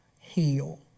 heal